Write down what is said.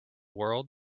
world